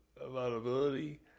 availability